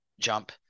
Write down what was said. jump